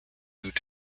moved